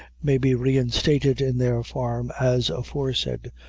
may be reinstated in their farm as aforesaid,